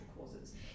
causes